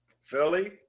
Philly